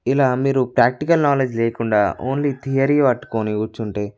ఇలా మీరు practical knowledge లేకుండా ఓన్లీ థియరీ పట్టుకొని కూర్చుంటే